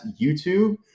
YouTube